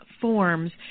forms